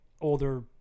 older